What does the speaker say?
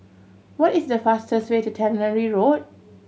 what is the fastest way to Tannery Road